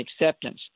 acceptance